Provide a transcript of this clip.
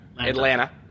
Atlanta